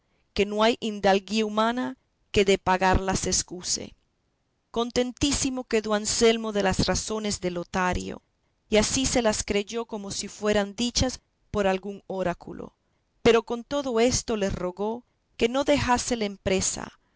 que no hay hidalguía humana que de pagarla se escuse contentísimo quedó anselmo de las razones de lotario y así se las creyó como si fueran dichas por algún oráculo pero con todo eso le rogó que no dejase la empresa